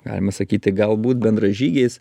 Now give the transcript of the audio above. galima sakyti galbūt bendražygiais